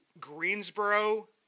Greensboro